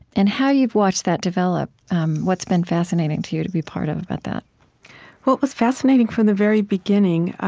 and how you've watched that develop what's been fascinating to you to be part of, about that well, it was fascinating from the very beginning.